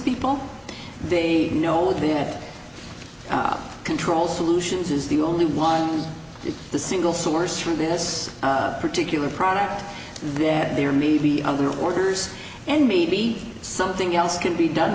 people they know that up control solutions is the only one is the single source for this particular product that there may be other orders and maybe something else can be done